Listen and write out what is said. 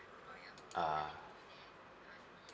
uh